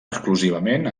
exclusivament